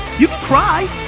you can cry,